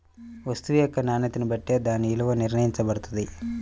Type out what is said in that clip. వస్తువు యొక్క నాణ్యతని బట్టే దాని విలువ నిర్ణయించబడతది